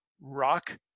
rock